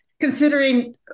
considering